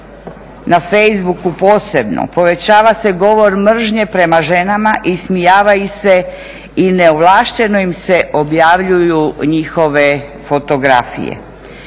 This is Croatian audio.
na Facebooku posebno. Povećava se govor mržnje prema ženama, ismijava ih se i neovlašćeno im se objavljuju njihove fotografije.